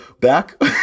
back